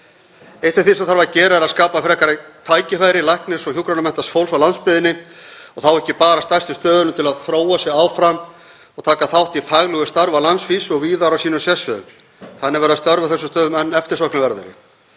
Eitt af því sem þarf að gera er að skapa frekari tækifæri, læknis- og hjúkrunarmenntaðs fólks á landsbyggðinni, og þá ekki bara á stærstu stöðunum, til að þróa sig áfram og taka þátt í faglegu starfi á landsvísu og víðar á sínum sérsviðum. Þannig verða störf á þessum stöðum enn eftirsóknarverðari.